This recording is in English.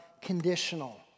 conditional